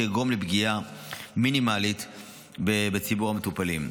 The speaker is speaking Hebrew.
יגרום לפגיעה מינימלית בציבור המטופלים.